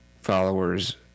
followers